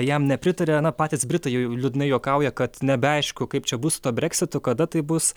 jam nepritarė na patys britai jau liūdnai juokauja kad nebeaišku kaip čia bus su tuo breksitu kada tai bus